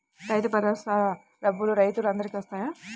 రైతు భరోసా డబ్బులు రైతులు అందరికి వస్తాయా?